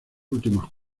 últimos